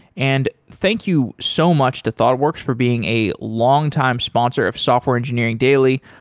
and thank you so much to thoughtworks for being a longtime sponsor of software engineering daily.